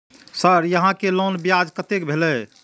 Sir यहां के loan ब्याज कतेक भेलेय?